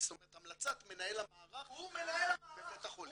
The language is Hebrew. המלצת מנהל המערך בבית החולים.